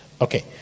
okay